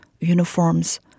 uniforms